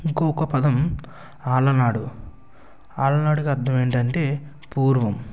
ఇంకొక పదం ఆలనాడు ఆలనాడుకి అర్ధం ఏంటంటే పూర్వం